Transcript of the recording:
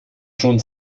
schon